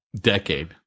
decade